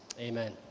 amen